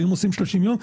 ואם עושים 30 יום,